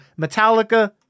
Metallica